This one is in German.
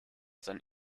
sein